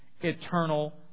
eternal